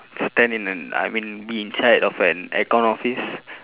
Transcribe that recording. stand in a I mean be inside of an aircon office